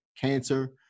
cancer